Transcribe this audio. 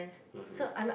(uh huh)